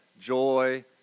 joy